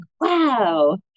wow